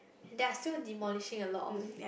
they are still demolishing a lot of